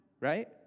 right